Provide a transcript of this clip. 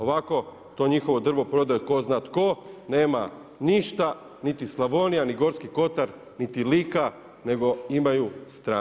Ovako to njihovo drvo prodaje tko zna tko, nema ništa niti Slavonija, ni Gorski kotar niti Lika nego imaju stranci.